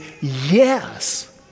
yes